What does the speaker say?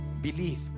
Believe